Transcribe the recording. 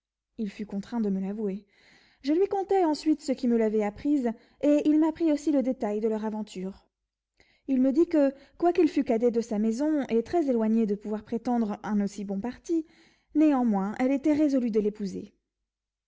il fut contraint de me l'avouer je lui contai ensuite ce qui me l'avait apprise et il m'apprit aussi le détail de leur aventure il me dit que quoiqu'il fût cadet de sa maison et très éloigné de pouvoir prétendre un aussi bon parti que néanmoins elle était résolue de l'épouser